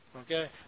okay